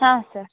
ಹಾಂ ಸ